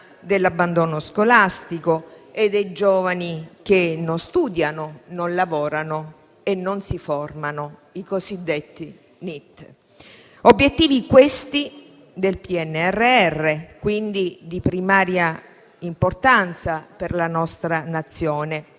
dell'abbandono scolastico e dei giovani che non studiano, non lavorano e non si formano (i cosiddetti NEET). Solo obiettivi, questi, del PNRR, e quindi di primaria importanza per la nostra Nazione,